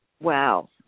wow